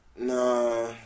Nah